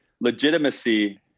Legitimacy